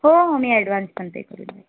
हो हो मी ॲडव्हान्स पण पे करून देते